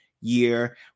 year